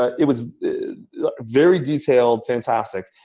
it was very detailed, fantastic.